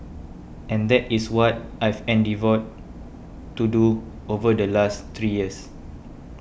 and that is what I've endeavoured to do over the last three years